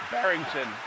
Barrington